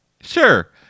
Sure